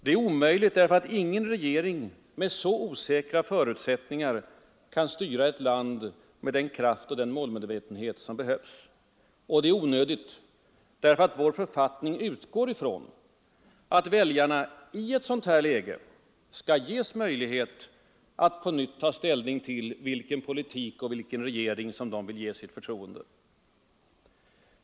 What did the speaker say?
Det är omöjligt, därför att ingen regering med så osäkra förutsättningar kan styra ett land med kraft och målmedvetenhet. Det är onödigt, därför att vår författning utgår ifrån att väljarna just i ett sådant här läge skall ges möjlighet att på nytt ta ställning till vilken politik och vilken regering de vill ge sitt förtroende.